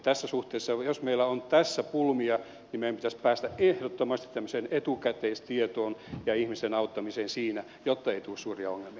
tässä suhteessa jos meillä on tässä pulmia niin meidän pitäisi päästä ehdottomasti tämmöiseen etukäteistietoon ja ihmisen auttamiseen siinä jotta ei tule suuria ongelmia